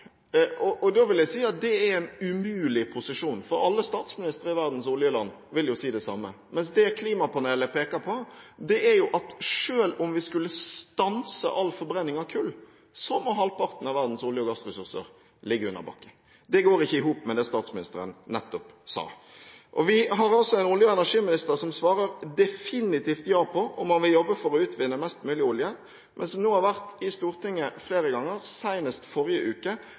Da vil jeg si at det er en umulig posisjon, for alle statsministre i verdens oljeland vil si det samme, mens det klimapanelet peker på, er at selv om vi skulle stanse all forbrenning av kull, må halvparten av verdens olje- og gassressurser ligge under bakken. Det går ikke i hop med det statsministeren nettopp sa. Vi har også en olje- og energiminister som svarer definitivt ja på om han vil jobbe for å utvinne mest mulig olje, men som nå har vært i Stortinget flere ganger, senest forrige uke,